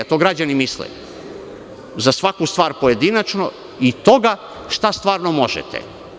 To građani misle, za svaku stvar pojedinačno i toga šta stvarno možete.